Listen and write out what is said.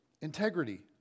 integrity